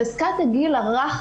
חזקת הגיל הרך,